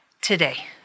today